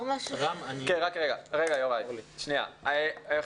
בוקר טוב, תודה שאת